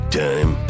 time